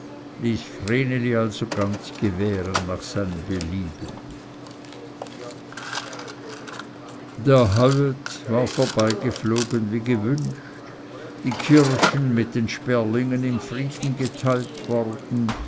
ließ vreneli also ganz gewähren nach seinem belieben der heuet war vorbeigeflogen wie gewünscht die kirschen mit den sperlingen im frieden geteilt worden